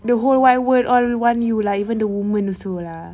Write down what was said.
the whole wide world all want you lah even the woman also lah